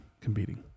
competing